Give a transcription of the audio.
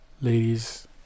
ladies